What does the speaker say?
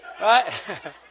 right